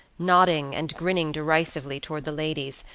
nodding and grinning derisively towards the ladies,